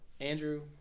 Andrew